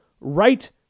right